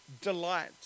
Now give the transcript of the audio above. delight